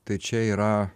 tai čia yra